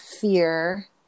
fear